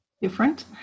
different